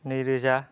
नैरोजा